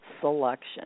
selection